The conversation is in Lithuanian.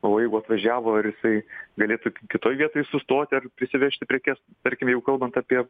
o jeigu atvažiavo ir jisai galėtų kitoj vietoj sustoti ar prisivežti prekes tarkim jeigu kalbant apie